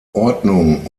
ordnung